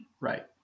Right